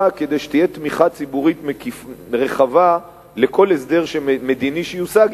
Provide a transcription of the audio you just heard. כדי שתהיה תמיכה ציבורית רחבה לכל הסדר מדיני שיושג,